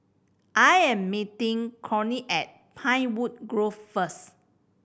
I am meeting Kortney at Pinewood Grove first